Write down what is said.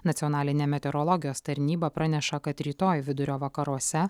nacionalinė meteorologijos tarnyba praneša kad rytoj vidurio vakaruose